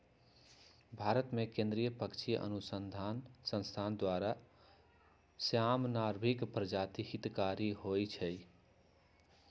भारतमें केंद्रीय पक्षी अनुसंसधान संस्थान द्वारा, श्याम, नर्भिक प्रजाति हितकारी होइ छइ